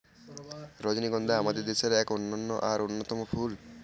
রজনীগন্ধা আমাদের দেশের এক অনন্য আর অন্যতম ফুল